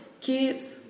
Kids